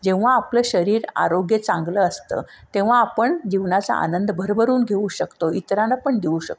जेव्हा आपलं शरीर आरोग्य चांगलं असतं तेव्हा आपण जीवनाचा आनंद भरभरून घेऊ शकतो इतरांना पण देऊ शकतो